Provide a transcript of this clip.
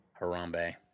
Harambe